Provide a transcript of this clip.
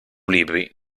libri